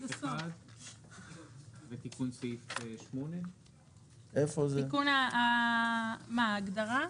ותיקון סעיף 8. ההגדרה?